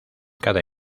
cada